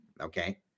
Okay